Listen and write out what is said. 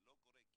זה לא קורה כי